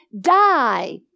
Die